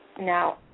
Now